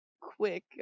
quick